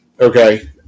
okay